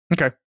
Okay